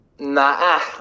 Nah